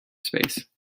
space